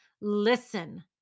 listen